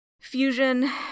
fusion